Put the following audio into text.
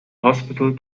hospital